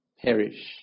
perish